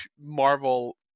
Marvel